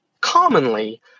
commonly